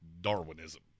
Darwinism